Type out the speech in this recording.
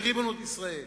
בריבונות ישראל.